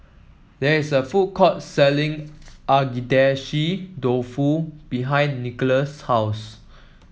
there is a food court selling Agedashi Dofu behind Nicklaus' house